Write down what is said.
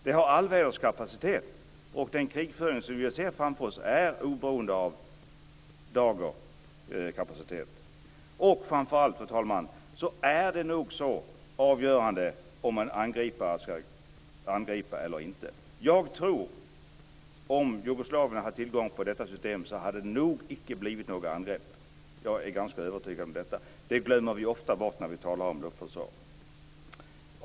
Det har allväderskapacitet, och den krigföring som vi ser framför oss är oberoende av dagrar. Detta är, fru talman, nog så avgörande för om en angripare skall angripa eller inte. Om jugoslaverna hade haft tillång till detta system tror jag inte att det hade blivit några angrepp. Jag är ganska övertygad om detta. Det glömmer vi ofta bort när vi talar om luftförsvar.